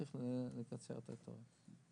צריך לקצר את התורים.